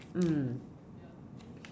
mm